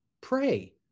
pray